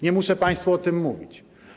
Nie muszę Państwu o tym mówić.